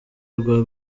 rwe